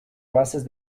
bases